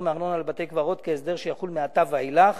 מארנונה על בתי-קברות כהסדר שיחול מעתה ואילך.